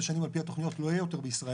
שנים על פי התוכניות לא יהיה יותר בישראל,